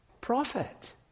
prophet